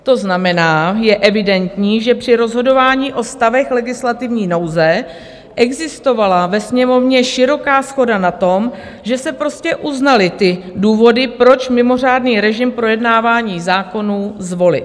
To znamená, je evidentní, že při rozhodování o stavech legislativní nouze existovala ve Sněmovně široká shoda na tom, že se prostě uznaly ty důvody, proč mimořádný režim projednávání zákonů zvolit.